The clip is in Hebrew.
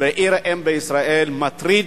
עיר ואם בישראל, מטריד,